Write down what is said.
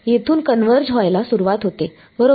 येथून कन्वर्ज व्हायला सुरवात होते बरोबर